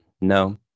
no